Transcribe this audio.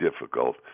difficult